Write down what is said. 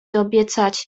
obiecać